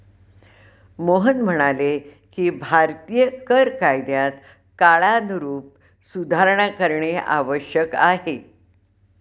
मोहन म्हणाले की भारतीय कर कायद्यात काळानुरूप सुधारणा करणे आवश्यक आहे